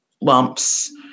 lumps